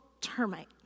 termite